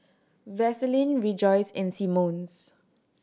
Vaseline Rejoice and Simmons